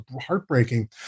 heartbreaking